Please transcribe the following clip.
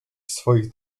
swoich